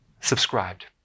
subscribed